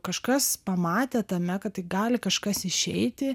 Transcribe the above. kažkas pamatė tame kad tai gali kažkas išeiti